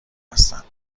هستند